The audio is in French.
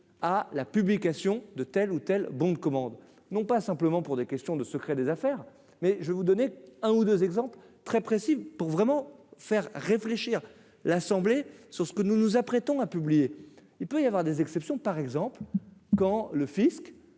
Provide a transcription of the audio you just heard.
à la publication de telle ou telle bon de commande, non pas simplement pour des questions de secret des affaires, mais je vais vous donner un ou 2 exemples très précis pour vraiment faire réfléchir l'Assemblée sur ce que nous nous apprêtons à publier, il peut y avoir des exceptions, par exemple quand le Fisc